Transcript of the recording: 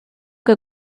que